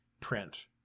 print